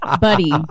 Buddy